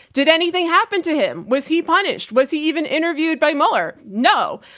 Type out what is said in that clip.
did anything happen to him? was he punished? was he even interviewed by mueller? no!